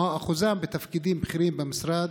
2. מהו שיעורם בתפקידים הבכירים במשרד?